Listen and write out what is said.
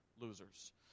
losers